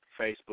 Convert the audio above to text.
Facebook